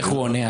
איך הוא עונה?